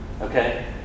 Okay